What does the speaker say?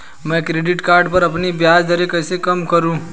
मैं credit card पर अपनी ब्याज दरें कैसे कम करूँ?